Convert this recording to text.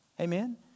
Amen